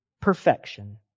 perfection